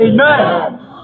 amen